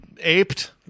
aped